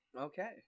Okay